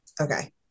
Okay